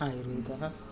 आयुर्वेदः